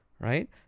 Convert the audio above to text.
Right